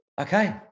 okay